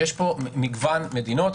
יש פה מגוון מדינות.